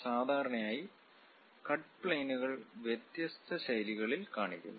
സാധാരണയായി കട്ട് പ്ലെയിനുകൾ വ്യത്യസ്ത ശൈലികളിൽ കാണിക്കുന്നു